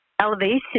elevation